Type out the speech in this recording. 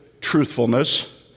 truthfulness